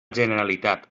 generalitat